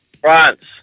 France